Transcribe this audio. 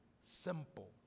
simple